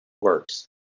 works